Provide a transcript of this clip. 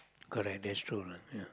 correct that's true you know ya